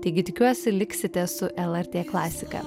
taigi tikiuosi liksite su lrt klasika